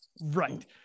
Right